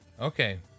Okay